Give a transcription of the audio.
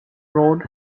road